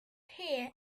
here